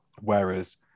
Whereas